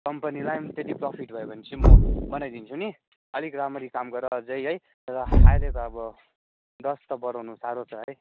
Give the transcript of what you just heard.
कम्पनीलाई पनि त्यति प्रोफिट भयो भने चाहिँ म बढाइदिन्छु नि अलिक राम्ररी काम गर अझै है र अहिले त अब दस त बढाउनु साह्रो छ है